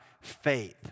faith